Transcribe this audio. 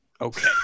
Okay